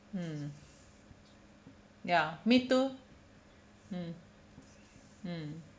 mm ya me too mm mm